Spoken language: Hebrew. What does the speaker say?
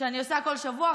שאני עושה כל שבוע.